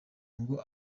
ngo